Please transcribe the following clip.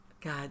God